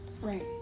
Right